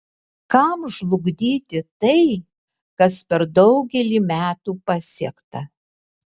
kam žlugdyti tai kas per daugelį metų pasiekta